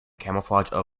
camouflage